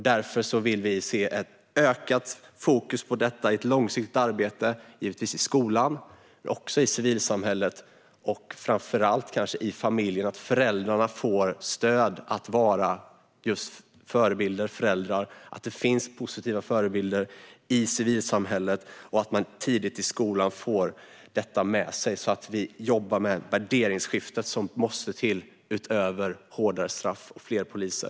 Därför vill vi se ett ökat fokus på detta i ett långsiktigt arbete, givetvis i skolan men också i civilsamhället och framför allt kanske i familjer. Föräldrarna ska få stöd att vara just förebilder och föräldrar. Det ska finnas positiva förebilder i civilsamhället. Man ska få detta med sig tidigt i skolan. Vi måste jobba med det värderingsskifte som måste till utöver hårdare straff och fler poliser.